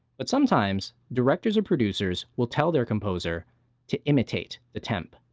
but sometimes directors or producers will tell their composer to imitate the temp.